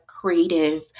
creative